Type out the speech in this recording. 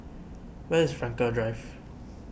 where is Frankel Drive